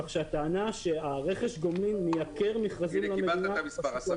כך שהטענה שרכש הגומלין מייקר מכרזים פשוט לא נכון.